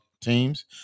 teams